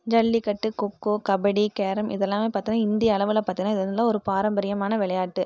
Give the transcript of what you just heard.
jallikattu kho kho kabaddi carrom இதெல்லாமே பார்த்தோன்னா இந்திய அளவில் பார்த்திங்கன்னா இது வந்து ஒரு பாரம்பரியமான விளையாட்டு